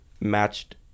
matched